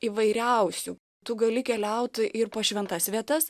įvairiausių tu gali keliaut ir po šventas vietas